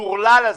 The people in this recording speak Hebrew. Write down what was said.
המטורלל הזה: